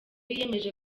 yiyemeje